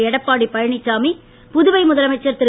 எடப்பாடி பழனிச்சாமி புதுவை முதலமைச்சர் திரு